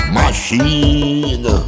machine